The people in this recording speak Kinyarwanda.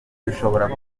bishobora